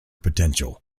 potential